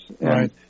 Right